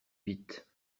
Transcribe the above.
vite